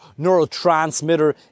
neurotransmitter